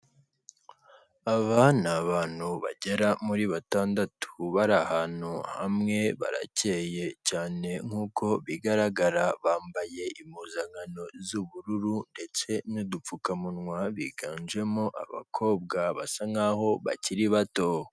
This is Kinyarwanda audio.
Aba ni abantu bagera muri batandatu bari ahantu hamwe baracyeye cyane nk'uko bigaragara bambaye impuzankano z'ubururu ndetse n'udupfukamunwa biganjemo abakobwa basa nk'aho bakiri bato.